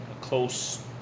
close